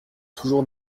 toujours